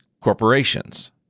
corporations